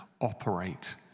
operate